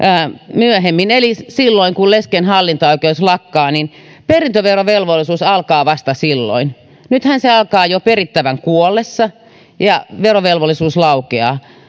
myöhemmin eli silloin kun lesken hallintaoikeus lakkaa niin perintöverovelvollisuus alkaa vasta silloin nythän se alkaa jo perittävän kuollessa ja verovelvollisuus laukeaa